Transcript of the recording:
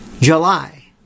July